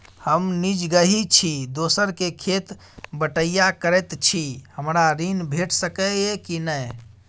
हम निजगही छी, दोसर के खेत बटईया करैत छी, हमरा ऋण भेट सकै ये कि नय?